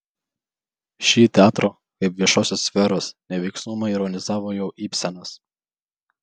šį teatro kaip viešosios sferos neveiksnumą ironizavo jau ibsenas